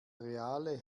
reale